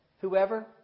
whoever